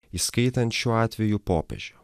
įskaitant šiuo atveju popiežių